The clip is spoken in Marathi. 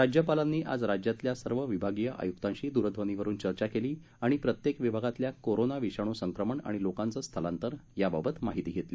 राज्यपालांनी आज राज्यातल्या सर्व विभागीय आय्क्तांशी द्रध्वनीवरून चर्चा केली व प्रत्येक विभागातल्या कोरोना विषाणू संक्रमण आणि लोकांचे स्थलांतर याबाबत माहिती घेतली